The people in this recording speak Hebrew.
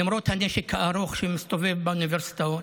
למרות הנשק הארוך שמסתובב באוניברסיטאות,